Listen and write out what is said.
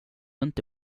inte